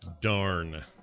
Darn